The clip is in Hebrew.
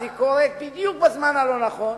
היא קורית בדיוק בזמן הלא-נכון